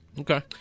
Okay